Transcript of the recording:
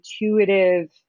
intuitive